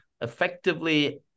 effectively